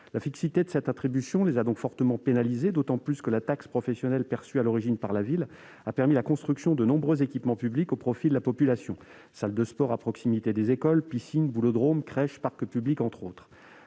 La fixité de cette attribution les a donc fortement pénalisés, d'autant plus que la taxe professionnelle perçue à l'origine par la ville a permis la construction de nombreux équipements publics au profit de sa population : salles de sport à proximité de chaque école, piscine, boulodrome, crèche, parcs publics, entre autres